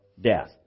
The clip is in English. death